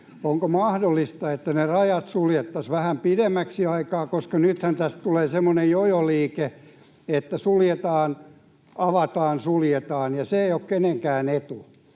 onko mahdollista, että ne rajat suljettaisiin vähän pidemmäksi aikaa? Koska nythän tästä tulee semmoinen jojo-liike, että suljetaan, avataan, suljetaan, ja se ei ole kenenkään etu.